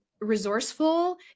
resourceful